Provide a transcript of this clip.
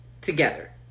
together